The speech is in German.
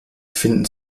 finden